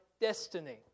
destiny